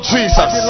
Jesus